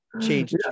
change